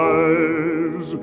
eyes